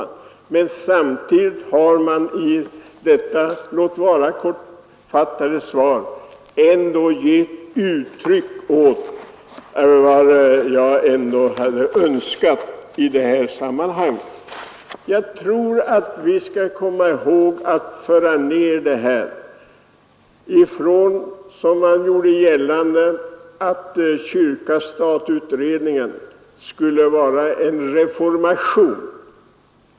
I interpellationssvaret — låt vara att det är kortfattat — har statsrådet ändå gett uttryck åt vad jag önskade i sammanhanget. Det har gjorts gällande att kyrka—stat-utredningen skulle vara en reformation, men det skall vi nog föra ned något.